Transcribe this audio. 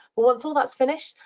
once all that's finished,